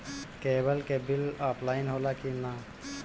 Cable के bill offline होला कि ना?